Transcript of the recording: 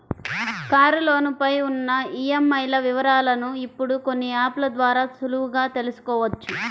కారులోను పై ఉన్న ఈఎంఐల వివరాలను ఇప్పుడు కొన్ని యాప్ ల ద్వారా సులువుగా తెల్సుకోవచ్చు